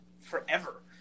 forever